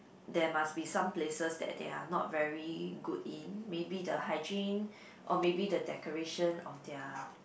there must be some places that they're not very good in maybe the hygiene or maybe the decoration of their